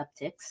upticks